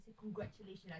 congratulations